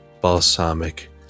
balsamic